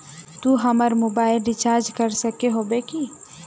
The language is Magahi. तू हमर मोबाईल रिचार्ज कर सके होबे की?